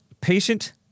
patient